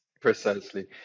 Precisely